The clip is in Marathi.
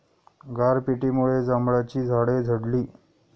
गारपिटीमुळे जांभळाची झाडे झडली